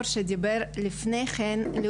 פרופסור לוין שדיבר לפני כן,